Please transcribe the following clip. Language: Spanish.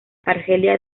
argelia